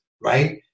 right